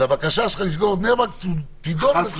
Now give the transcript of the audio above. הבקשה שלך לסגור את בני ברק תידון בסוף.